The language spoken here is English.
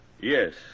Yes